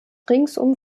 ringsum